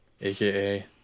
aka